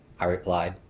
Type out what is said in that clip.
i replied,